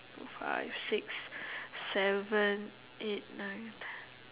five six seven eight nine ten